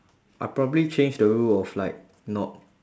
I'll probably change the rule of like not